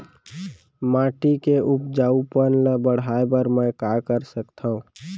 माटी के उपजाऊपन ल बढ़ाय बर मैं का कर सकथव?